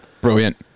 Brilliant